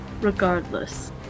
regardless